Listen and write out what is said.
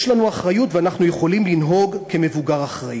יש לנו אחריות, ואנחנו יכולים לנהוג כמבוגר אחראי.